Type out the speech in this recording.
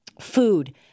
Food